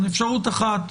אפשרויות: אחת,